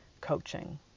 coaching